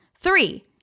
Three